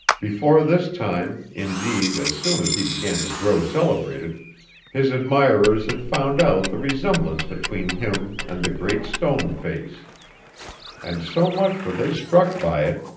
before this time indeed, as soon as he began to grow celebrated his admirers had found out the resemblance between him and the great stone face and so much were they struck by it,